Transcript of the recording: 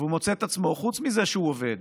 והוא מוצא את עצמו, חוץ מזה שהוא עובד